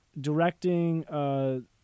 directing